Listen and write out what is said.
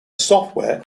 software